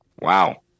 Wow